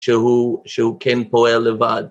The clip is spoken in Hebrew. שהוא כן פועל לבד.